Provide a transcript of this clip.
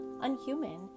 unhuman